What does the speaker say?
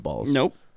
Nope